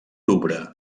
louvre